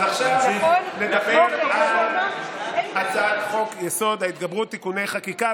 עכשיו נדבר על הצעת חוק-יסוד: ההתגברות (תיקוני חקיקה),